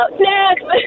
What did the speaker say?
snacks